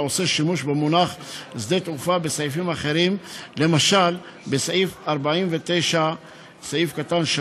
עיקרי החוק המוצע: בסעיפים 1 ו-9 מוצע לתקן את הגדרת